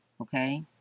okay